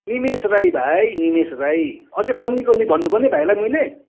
निमेष राई भाइ निमेष राई अझै कनी कनी भन्नुपर्ने भाइलाई मैले